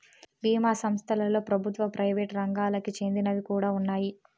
బీమా సంస్థలలో ప్రభుత్వ, ప్రైవేట్ రంగాలకి చెందినవి కూడా ఉన్నాయి